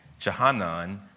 Jehanan